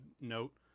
note